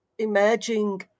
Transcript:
Emerging